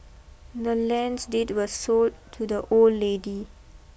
the land's deed was sold to the old lady